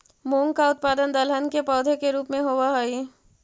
मूंग का उत्पादन दलहन के पौधे के रूप में होव हई